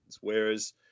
Whereas